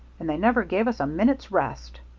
and they never gave us a minute's rest.